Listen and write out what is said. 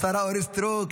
השרה אורית סטרוק,